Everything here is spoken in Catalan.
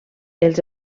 els